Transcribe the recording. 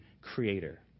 creator